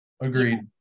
Agreed